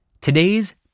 Today's